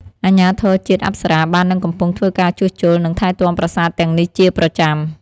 អាជ្ញាធរជាតិអប្សរាបាននិងកំពុងធ្វើការជួសជុល និងថែទាំប្រាសាទទាំងនេះជាប្រចាំ។